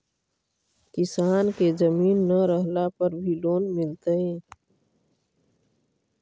किसान के जमीन न रहला पर भी लोन मिलतइ?